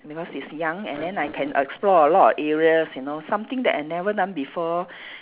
because it's young and then I can explore a lot areas you know something that I never done before